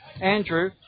Andrew